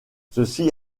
ceci